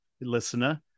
listener